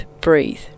breathe